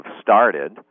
started